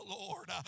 Lord